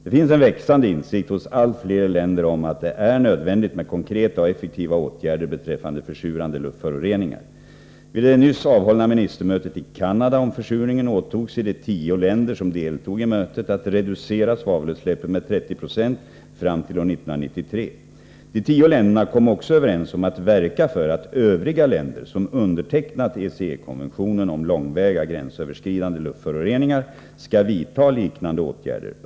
Det finns en växande insikt hos allt fler länder om att det är nödvändigt med konkreta och effektiva åtgärder beträffande försurande luftföroreningar. Vid det nyss avhållna ministermötet i Canada om försurningen åtog sig de tio länder som deltog i mötet att reducera svavelutsläppen med 30 96 fram till år 1993. De tio länderna kom också överens om att verka för att övriga länder som undertecknat ECE-konventionen om långväga gränsöverskridande luftföroreningar skall vidta liknande åtgärder.